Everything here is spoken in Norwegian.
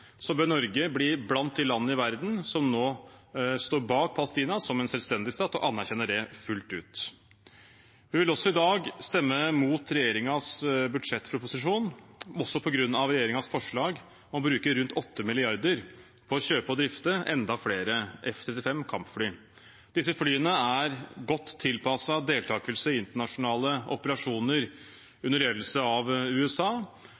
bør Norge bli blant de landene i verden som nå står bak Palestina som en selvstendig stat, og anerkjenner den fullt ut. Vi vil også i dag stemme mot regjeringens budsjettproposisjon på grunn av regjeringens forslag om å bruke rundt 8 mrd. kr på å kjøpe og drifte enda flere F-35 kampfly. Disse flyene er godt tilpasset deltakelse i internasjonale operasjoner under ledelse av USA,